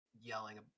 yelling